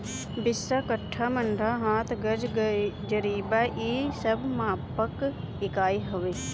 बिस्सा, कट्ठा, मंडा, हाथ, गज, जरीब इ सब मापक इकाई हवे